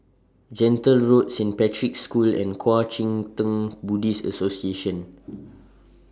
Gentle Road Saint Patrick's School and Kuang Chee Tng Buddhist Association